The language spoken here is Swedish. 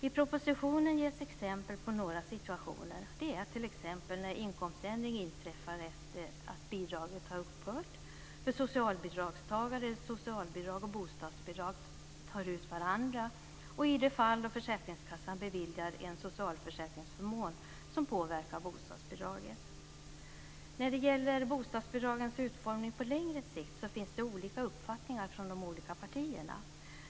I propositionen ges exempel på några situationer, t.ex. när inkomständring inträffar efter det att bidraget upphört för socialbidragstagare där socialbidrag och bostadsbidrag tar ut varandra och i de fall där försäkringskassan beviljar en socialförsäkringsförmån som påverkar bostadsbidraget. När det gäller bostadsbidragens utformning på längre sikt finns det olika uppfattningar från de olika partierna.